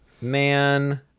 Man